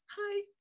Hi